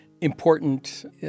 important